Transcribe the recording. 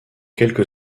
quelque